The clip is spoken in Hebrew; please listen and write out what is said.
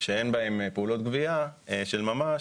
שאין בהם פעולות גבייה של ממש